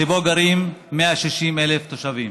שבו גרים 160,000 תושבים.